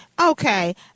Okay